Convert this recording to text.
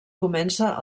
comença